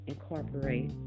Incorporate